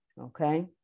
Okay